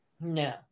No